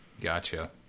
Gotcha